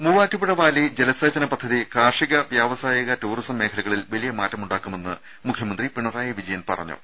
ദേദ മൂവാറ്റുപുഴവാലി ജലസേചന പദ്ധതി കാർഷിക വ്യാവസായിക ടൂറിസം മേഖലകളിൽ വലിയ മാറ്റമുണ്ടാക്കുമെന്ന് മുഖ്യമന്ത്രി പിണറായി വിജയൻ പറഞ്ഞു